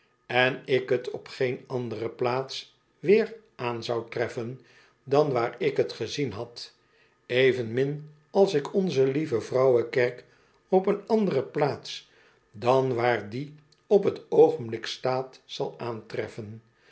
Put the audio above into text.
en ik t op geen andere plaats weer aan zou treffen dan waar ik t gezien had evenmin als ik onze lieve vrouwekerk op eene andere plaats dan waar die op t oogenblik staat zal aantreffen